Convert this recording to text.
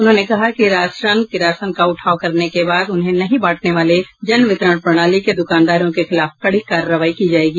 उन्होंने कहा कि राशन किरासन का उठाव करने के बाद उसे नहीं बांटने वाले जन वितरण प्रणाली के दुकानदारों के खिलाफ कड़ी कार्रवाई की जायेगी